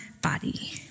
body